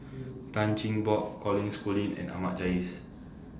Tan Cheng Bock Colin Schooling and Ahmad Jais